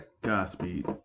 Godspeed